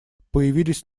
появились